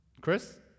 Chris